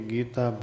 Gita